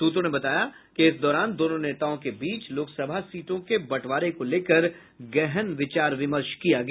सूत्रों ने बताया इस दौरान दोनों नेताओं के बीच लोकसभा सीटों के बंटवारे को लेकर गहन विचार विमर्श किया गया